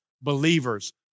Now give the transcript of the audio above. believers